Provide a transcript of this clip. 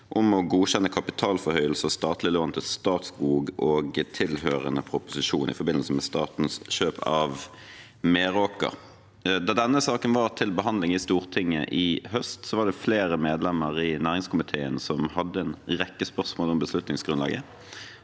om å godkjenne kapitalforhøyelse av statlig lån til Statskog og tilhørende proposisjon i forbindelse med statens kjøp av Meraker Brug. Da denne saken var til behandling i Stortinget i høst, var det flere medlemmer i næringskomiteen som hadde en rekke spørsmål om beslutningsgrunnlaget.